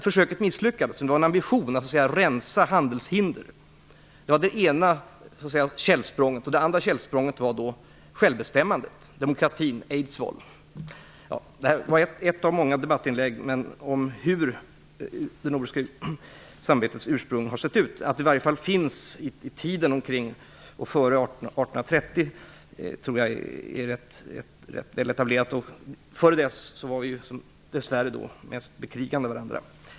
Försöket misslyckades, men detta stod för en ambition att rensa bort handelshinder. Det andra källsprånget var självbestämmandet, demokratin - jag tänker då på Eidsvoll. Det här var ett av många debattinlägg om hur det nordiska samarbetets ursprung ser ut. Uppfattningen att det kring år 1830 fanns sådana här ambitioner är rätt etablerad. Dessförinnan var länderna mest i krig med varandra.